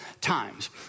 Times